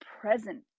present